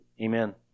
amen